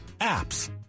APPS